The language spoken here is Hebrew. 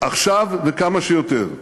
עכשיו וכמה שיותר,